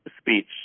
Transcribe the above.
speech